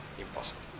impossible